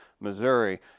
Missouri